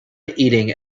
eating